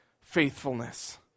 faithfulness